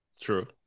True